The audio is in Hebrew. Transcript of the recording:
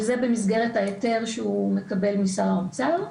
זה במסגרת ההיתר שהוא מקבל משר האוצר.